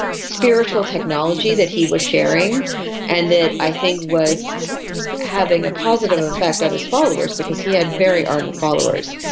spiritual technology that he was sharing and that i think was having a positive effect on his followers because he had very ardent followers.